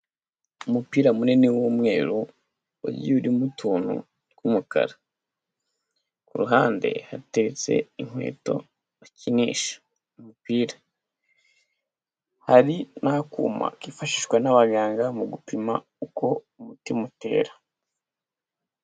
Umupira munini w'umweru ugiye urimo utuntu tw'umukara. Ku ruhande hateretse inkweto bakinisha umupira, hari n'akuma kifashishwa n'abaganga mu gupima uko umutima utera.